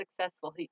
successful